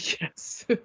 Yes